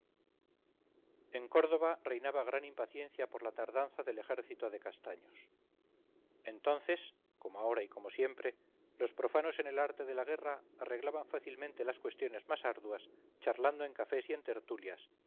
en córdoba reinaba gran impaciencia por la tardanza del ejército de castaños entonces como ahora y como siempre los profanos en el arte de la guerra arreglaban fácilmente las cuestiones más arduas charlando en cafés y en tertulias